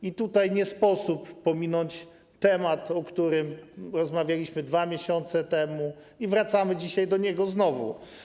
I tutaj nie sposób pominąć tematu, o którym rozmawialiśmy 2 miesiące temu, i wracamy dzisiaj do niego znowu.